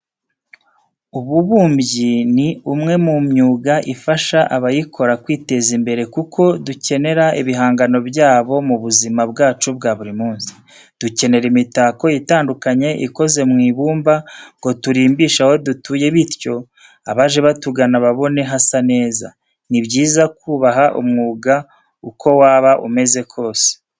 Ububumbyi ni umwe mu myuga ifasha abayikora kwiteza imbere kuko dukenera ibihangano byabo mu buzima bwacu bwa buri munsi. Dukenera imitako itandukanye ikoze mu ibumba ngo turimbishe aho dutuye bityo abaje batugana babone hasa neza. Ni byiza kubaha umwuga uko waba umeze kose.